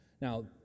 Now